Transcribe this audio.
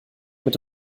mit